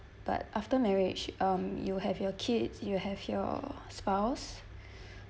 but after marriage um you have your kids you have your spouse